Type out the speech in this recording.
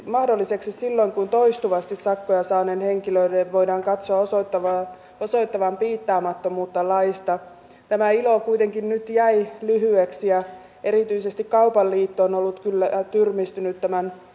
mahdolliseksi silloin kun toistuvasti sakkoja saaneen henkilön voidaan katsoa osoittavan piittaamattomuutta laista tämä ilo kuitenkin nyt jäi lyhyeksi ja erityisesti kaupan liitto on ollut kyllä tyrmistynyt tämän